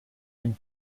ihm